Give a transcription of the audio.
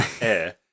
air